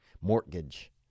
mortgage